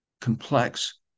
complex